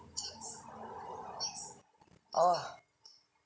oh